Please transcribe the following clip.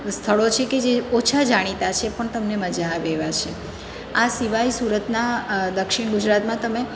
સ્થળો છે કે જે ઓછાં જાણીતા પણ તમને મજા આવે એવાં છે આ સિવાય સુરતના દક્ષિણ ગુજરાતમાં તમે